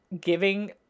giving